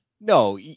No